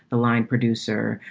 the line producer,